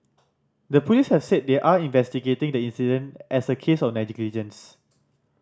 the police have said they are investigating the incident as a case of negligence